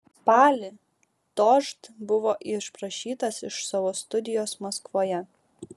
spalį dožd buvo išprašytas iš savo studijos maskvoje